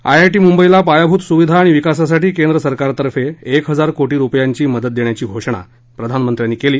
IIT मुंबईला पायाभूत सुविधा आणि विकासासाठी केंद्रसरकारतर्फे एक हजार कोटी रुपयांची मदत देण्याची घोषणा प्रधानमंत्र्यांनी केली